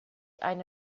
eine